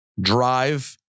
drive